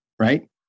right